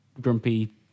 grumpy